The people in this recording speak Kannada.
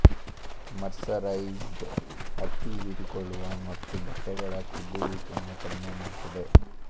ಮರ್ಸರೈಸ್ಡ್ ಹತ್ತಿ ಹೀರಿಕೊಳ್ಳುವ ಮತ್ತು ಬಟ್ಟೆಗಳ ಕುಗ್ಗುವಿಕೆನ ಕಡಿಮೆ ಮಾಡ್ತದೆ